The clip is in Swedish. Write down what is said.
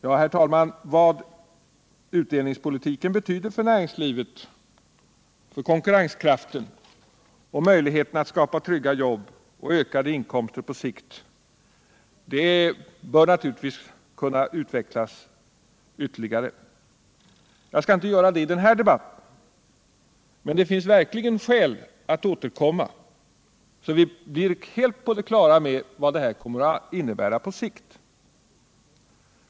Ja, herr talman, vad utdelningspolitiken betyder för näringslivet, för konkurrenskraften och för möjligheterna att skapa trygga jobb och ökade inkomster på sikt bör naturligtvis utvecklas ytterligare. Jag skall inte göra det i den här debatten. Det finns verkligen skäl att återkomma så vi blir helt på det klara med vad det kommer att innebära på sikt.